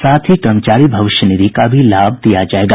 साथ ही कर्मचारी भविष्य निधि का भी लाभ दिया जायेगा